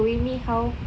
showing me how